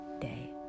day